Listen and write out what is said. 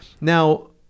Now